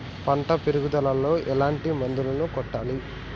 పంట పెరుగుదలలో ఎట్లాంటి మందులను కొట్టాలి?